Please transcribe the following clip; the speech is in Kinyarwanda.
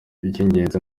icy’ingenzi